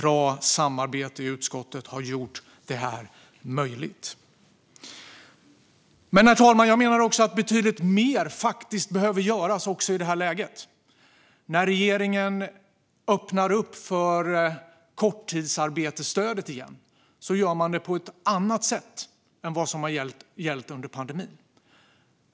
Bra samarbete i utskottet har gjort det här möjligt. Herr talman! Jag menar att betydligt mer också behöver göras i det här läget. När regeringen öppnar upp för korttidsarbetsstödet igen gör man det på ett annat sätt än vad som har gällt under pandemin.